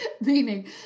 meaning